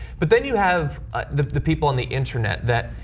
but then you have ah the the people on the internet that,